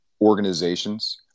organizations